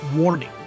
Warning